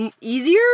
easier